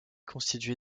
constitué